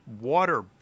water